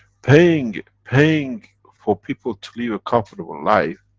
paying, paying for people to live a comfortable life,